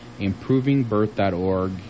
improvingbirth.org